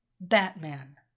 Batman